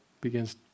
begins